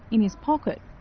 in his pocket.